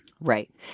right